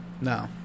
no